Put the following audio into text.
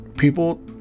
People